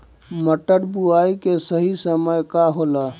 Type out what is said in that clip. मटर बुआई के सही समय का होला?